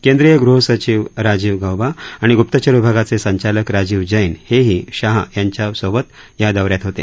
केंद्रीय गृहसचिव राजीव गौबा आणि गुप्तचर विभागाचे संचालक राजीव जैन हेही शाहा यांच्यासोबत या दौऱ्यात होते